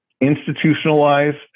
institutionalized